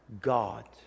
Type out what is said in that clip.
God